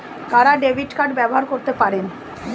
কারা debit card ব্যবহার করতে পারেন?